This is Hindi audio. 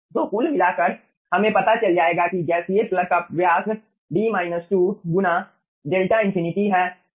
तो कुल मिलाकर हमें पता चल जाएगा कि इस गैसीय प्लग का व्यास D 2 गुना 𝛿∞ है